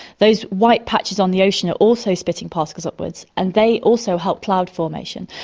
those white patches on the ocean are also spitting particles upwards and they also help cloud formation.